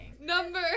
Number